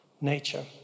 nature